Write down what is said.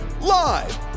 live